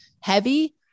heavy